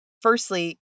Firstly